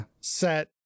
set